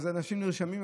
אז אנשים נרשמים,